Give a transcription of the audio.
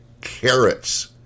carrots